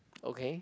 okay